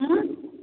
उँ